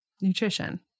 nutrition